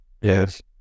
yes